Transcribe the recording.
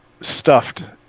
stuffed